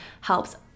helps